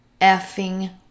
effing